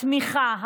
התמיכה,